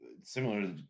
similar